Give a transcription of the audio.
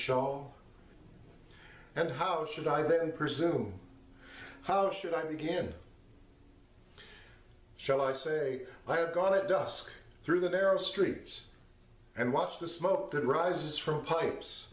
show and how should i then pursue my how should i begin shall i say i had gone at dusk through the narrow streets and watched the smoke that rises from pipes